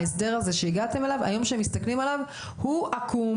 ההסדר הזה שהגעתם אליו היום כשמסתכלים עליו הוא עקום